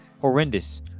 horrendous